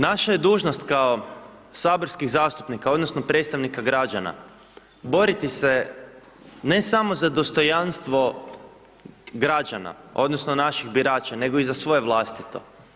Naša je dužnost kao saborskih zastupnika, odnosno predstavnika građana boriti se ne samo za dostojanstvo građana odnosno naših birača nego i za svoje vlastito.